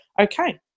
okay